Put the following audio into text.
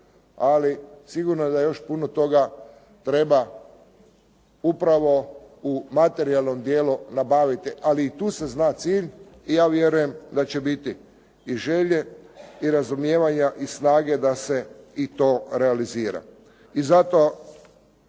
ali sigurno da još puno toga treba upravo u materijalnom dijelu nabaviti, ali i tu se zna cilj i ja vjerujem da će biti i želje i razumijevanja i snage da se i to realizira.